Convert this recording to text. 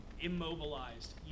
immobilized